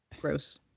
gross